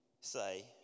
say